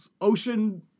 ocean